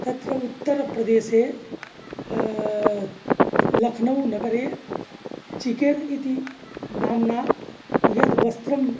तत्र उत्तरप्रदेशे लखनौनगरे चिकन् इति नाम्ना यत् वस्त्रं